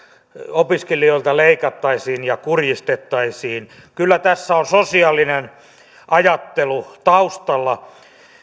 opiskelijoilta leikattaisiin ja heitä kurjistettaisiin kyllä tässä on sosiaalinen ajattelu taustalla